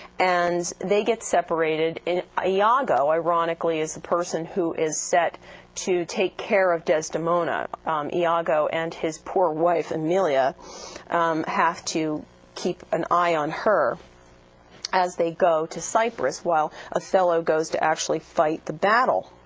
and they get separated. and iago, ironically, is the person who is set to take care of desdemona iago and his poor wife emilia have to keep an eye on her as they go to cyprus, while othello goes to actually fight the battle.